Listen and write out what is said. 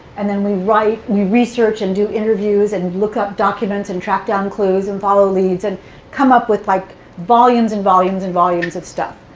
and then we write, we research and do interviews, and look up documents, and track down clues, and follow leads, and come up with like volumes and volumes and volumes of stuff.